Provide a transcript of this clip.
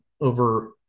over